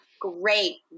great